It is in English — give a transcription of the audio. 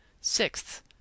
Sixth